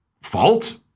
fault